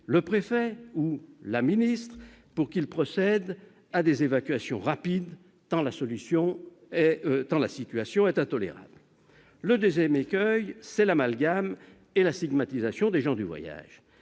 le préfet et la ministre de procéder à des évacuations rapides, tant la situation est intolérable. Le second écueil, c'est l'amalgame et la stigmatisation des gens du voyage.